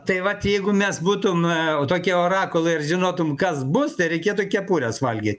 tai vat jeigu mes būtume tokie orakulai ir žinotum kas bus tai reikėtų kepures valgyt